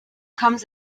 comes